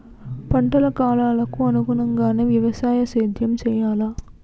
పంటల కాలాలకు అనుగుణంగానే వ్యవసాయ సేద్యం చెయ్యాలా?